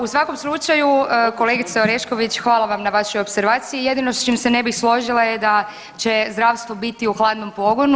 U svakom slučaju kolegice Orešković hvala vam na vašoj opservaciji jedino s čim se ne bih složila je da će zdravstvo biti u hladnom pogonu.